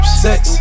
sex